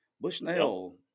Bushnell